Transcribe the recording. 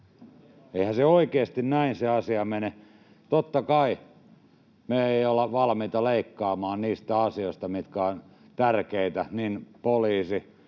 Eihän se asia oikeasti näin mene. Totta kai me emme ole valmiita leikkaamaan niistä asioista, mitkä ovat tärkeitä — niin poliisi